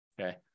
Okay